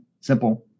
Simple